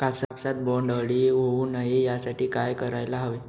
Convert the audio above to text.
कापसात बोंडअळी होऊ नये यासाठी काय करायला हवे?